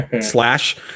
slash